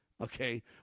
Okay